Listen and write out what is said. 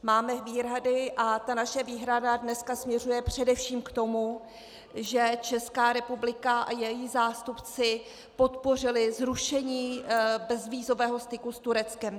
Máme výhrady a naše výhrada dnes směřuje především k tomu, že Česká republika a její zástupci podpořili zrušení bezvízového styku s Tureckem.